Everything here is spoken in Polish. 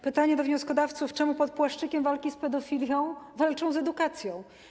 Pytanie do wnioskodawców: Dlaczego pod płaszczykiem walki z pedofilią walczą z edukacją?